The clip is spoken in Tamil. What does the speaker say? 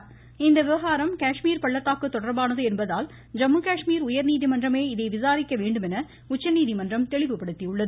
இந்க விவகாரம் காஷ்மீர் பள்ளத்தாக்கு தொடர்பானது என்பதால் ஜம்முகாஷ்மீர் உயர்நீதிமன்றமே இதை விசாரிக்க வேண்டும் என உச்சநீதிமன்றம் தெளிவுபடுத்தியுள்ளது